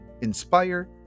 inspire